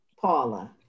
Paula